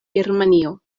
germanio